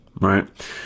right